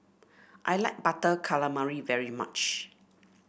I like Butter Calamari very much